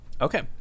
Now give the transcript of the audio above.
Okay